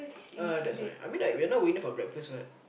uh that's why I mean like we're not going for breakfast [what]